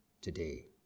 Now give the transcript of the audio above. today